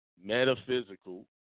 metaphysical